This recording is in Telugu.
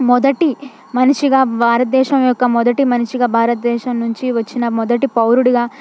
మొదటి మనిషిగా భారత దేశం యొక్క మొదటి మనిషిగా భారత దేశం నుంచి వచ్చిన మొదటి పౌరుడిగా